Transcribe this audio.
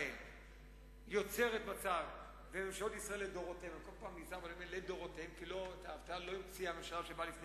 אנשי מינהלת ההשקעות: אנחנו בלי כוח-אדם מטפלים לכם בתיירות.